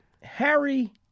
Harry